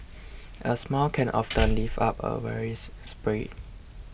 a smile can often lift up a weary spirit